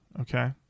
Okay